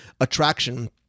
attraction